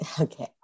Okay